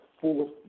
fourth